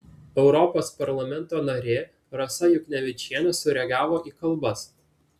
europos parlamento narė rasa juknevičienė sureagavo į kalbas